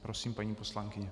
Prosím, paní poslankyně.